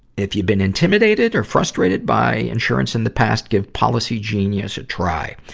if you've been intimidated or frustrated by insurance in the past, give policygenius a try.